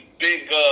big